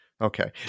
okay